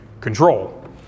control